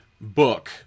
book